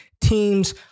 teams